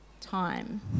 time